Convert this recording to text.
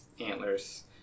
antlers